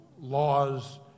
laws